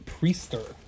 Priester